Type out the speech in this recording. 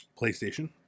PlayStation